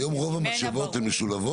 היום רוב המשאבות הן משולבות?